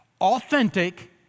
authentic